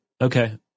Okay